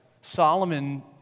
Solomon